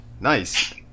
nice